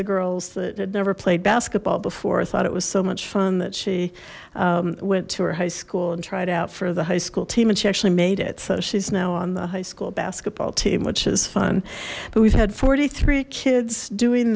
the girls that had never played basketball before i thought it was so much fun that she went to her high school and tried out for the high school team and she actually made it so she's now on the high school basketball team which is fun but we've had forty three kids doing